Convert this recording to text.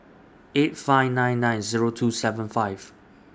eight five nine nine Zero two seven five